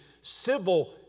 civil